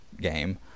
game